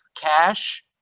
cash